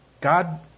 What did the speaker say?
God